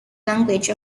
language